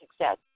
success